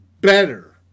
better